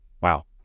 Wow